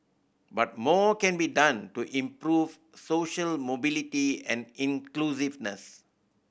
but more can be done to improve social mobility and inclusiveness